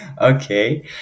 okay